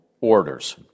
orders